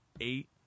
eight